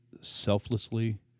selflessly